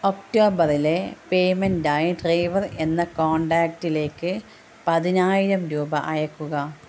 ഒക്ടോബറിലെ പേയ്മെൻ്റായി ഡ്രൈവർ എന്ന കോണ്ടാക്ടിലേക്ക് പതിനായിരം രൂപ അയയ്ക്കുക